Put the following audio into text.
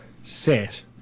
set